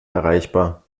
erreichbar